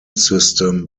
system